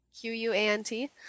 Q-U-A-N-T